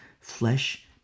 flesh